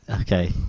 Okay